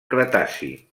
cretaci